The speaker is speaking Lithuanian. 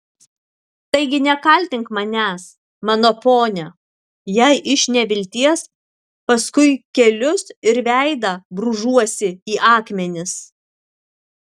taigi nekaltink manęs mano pone jei iš nevilties paskui kelius ir veidą brūžuosi į akmenis